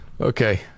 Okay